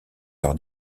leur